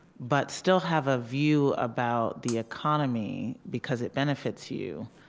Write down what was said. but still have a view about the economy, because it benefits you,